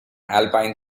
alpine